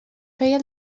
feia